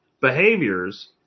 behaviors